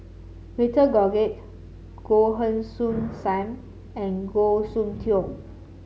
Victor Doggett Goh Heng Soon Sam and Goh Soon Tioe